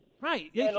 Right